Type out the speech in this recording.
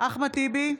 אחמד טיבי,